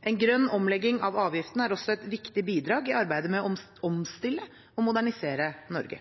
En grønn omlegging av avgiftene er også et viktig bidrag i arbeidet med å omstille og modernisere Norge.